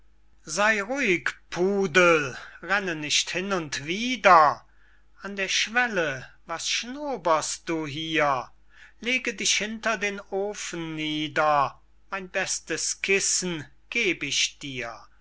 sey ruhig pudel renne nicht hin und wieder an der schwelle was schnoperst du hier lege dich hinter den ofen nieder mein bestes kissen geb ich dir